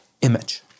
image